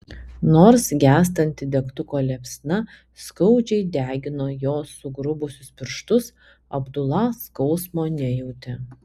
nors gęstanti degtuko liepsna skaudžiai degino jo sugrubusius pirštus abdula skausmo nejautė